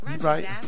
Right